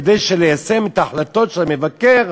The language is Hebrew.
כדי שניישם את ההחלטות של המבקר,